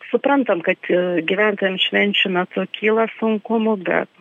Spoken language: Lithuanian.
suprantam kad a gyventojams švenčių metu kyla sunkumų bet